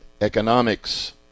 economics